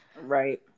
Right